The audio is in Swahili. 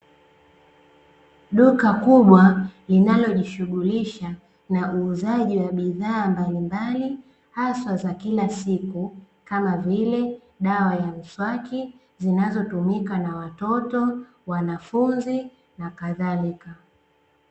Duka kubwa linalojishughulisha na uuzaji wa bidhaa mbalimbali, haswa za kila siku, kama vile dawa ya mswaki zinazotumika na watoto, wanafunzi na kadhalika.